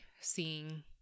seeing